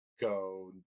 go